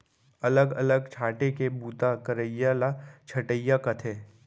अलग अलग छांटे के बूता करइया ल छंटइया कथें